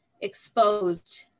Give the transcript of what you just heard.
exposed